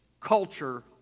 culture